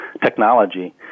technology